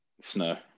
Snow